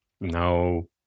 No